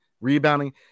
rebounding